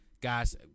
Guys